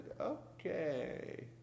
Okay